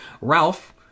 Ralph